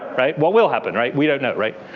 right. what will happen, right. we don't know, right.